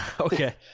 Okay